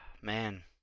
man